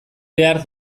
behar